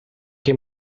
che